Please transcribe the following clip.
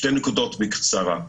שתי נקודות בקצרה: